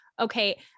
okay